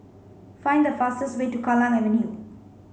find the fastest way to Kallang Avenue